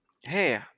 Hey